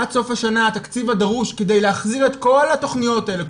עד סוף השנה התקציב הדרוש כדי להחזיר את כל התוכניות האלו,